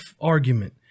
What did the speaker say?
argument